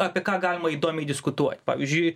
apie ką galima įdomiai diskutuot pavyzdžiui